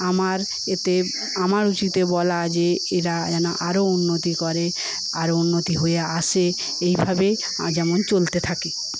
আমার এতে আমার উচিতে বলা যে এরা যেন আরও উন্নতি করে আরও উন্নতি হয়ে আসে এইভাবেই চলতে থাকে